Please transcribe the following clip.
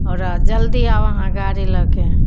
आओर जल्दी आउ अहाँ गाड़ी लऽके